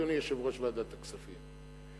אדוני יושב-ראש ועדת הכספים.